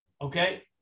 Okay